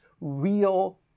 real